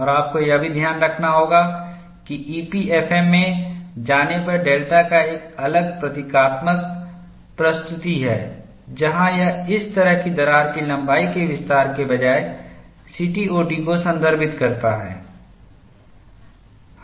और आपको यह भी ध्यान रखना होगा कि ईपीएफएम में जाने पर डेल्टा का एक अलग प्रतीकात्मक प्रस्तुति है जहां यह इस तरह की दरार की लंबाई के विस्तार के बजाय सीटीओडी को संदर्भित करता है